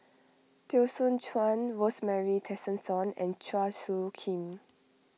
Teo Soon Chuan Rosemary Tessensohn and Chua Soo Khim